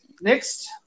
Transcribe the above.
next